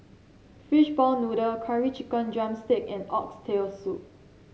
Fishball Noodle Curry Chicken drumstick and Oxtail Soup